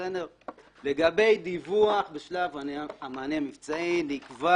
לגבי דיווח בשלב המענה המבצעי נקבע